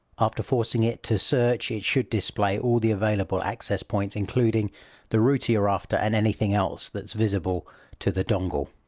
after forcing it to search it should display all the available access points including the router you're after and anything else that's visible to the dongle.